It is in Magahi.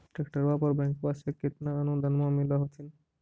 ट्रैक्टरबा पर बैंकबा से कितना अनुदन्मा मिल होत्थिन?